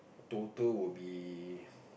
total will be